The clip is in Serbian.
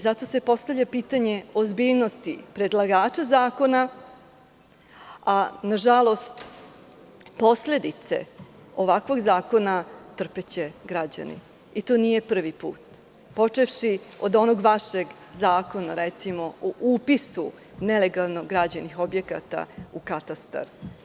Zato se postavlja pitanje ozbiljnosti predlagača zakona, a nažalost, posledice ovakvog zakona trpeće građani i to nije prvi put, počevši od onog vašeg zakona, recimo, o upisu nelegalnog građenih objekata u katastar.